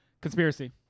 conspiracy